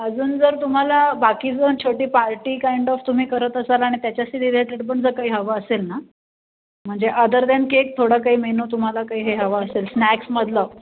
अजून जर तुम्हाला बाकी जर छोटी पार्टी काईंड ऑफ तुम्ही करत असाल आणि त्याच्याशी रिलेटेड पण जर काही हवं असेल ना म्हणजे अदर दॅन केक थोडं काही मेनू तुम्हाला काही हे हवं असेल स्नॅक्समधलं